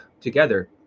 together